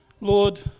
Lord